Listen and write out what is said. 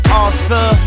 author